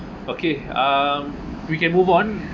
okay um we can move on